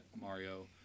Mario